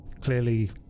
clearly